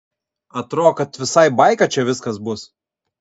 atro kad visai baika čia viskas bus